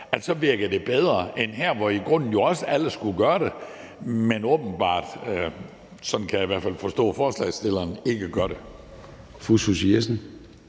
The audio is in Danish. så virker det bedre end det her, hvor alle jo i grunden også skulle gøre det, men åbenbart – sådan kan jeg i hvert fald forstå forslagsstillerne – ikke gør det.